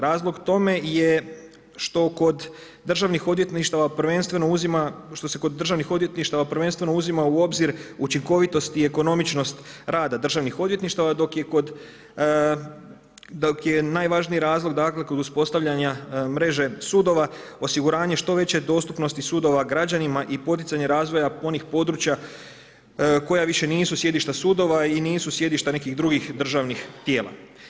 Razlog tome je što kod državnih odvjetništava prvenstveno uzima, što se kod državnih odvjetništava prvenstveno uzima u obzir učinkovitost i ekonomičnost rada državnih odvjetništava, dok je najvažniji razlog dakle kod uspostavljanja mreže sudova osiguranje što veće dostupnosti sudova građanima i poticanje razvoja onih područja koja više nisu sjedišta sudova i nisu sjedišta nekih drugih državnih tijela.